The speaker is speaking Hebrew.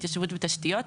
התיישבות ותשתיות,